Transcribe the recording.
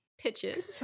Pitches